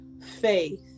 faith